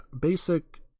Basic